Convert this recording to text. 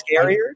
scarier